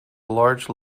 large